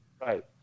Right